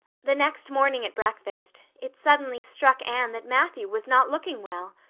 the next morning at breakfast it suddenly struck anne that matthew was not looking well.